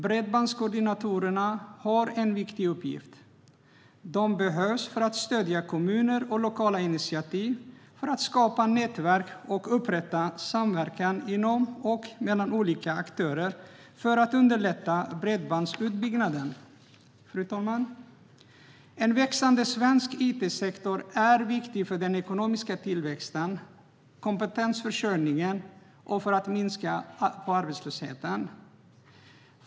Bredbandskoordinatorerna har en viktig uppgift. De behövs för att stödja kommuner och lokala initiativ, för att skapa nätverk och för att upprätta samverkan inom och mellan olika aktörer för att underlätta bredbandsutbyggnaden. Fru talman! En växande svensk it-sektor är viktig för den ekonomiska tillväxten, kompetensförsörjningen och för att minska arbetslösheten.